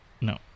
No